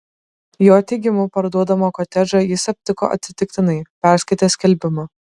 jo teigimu parduodamą kotedžą jis aptiko atsitiktinai perskaitęs skelbimą